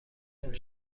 نمی